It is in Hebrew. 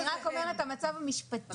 אני רק אומרת את המצב המשפטי.